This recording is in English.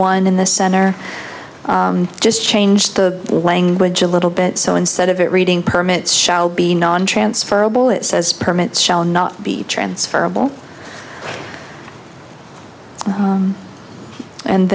one in the center just change the language a little bit so instead of it reading permits shall be nontransferable it says permits shall not be transferable